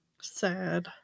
Sad